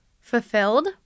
fulfilled